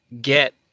get